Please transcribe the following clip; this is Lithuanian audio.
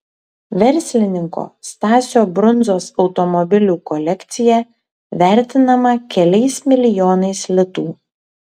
verslininko stasio brundzos automobilių kolekcija vertinama keliais milijonais litų